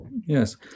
Yes